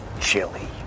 chili